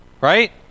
right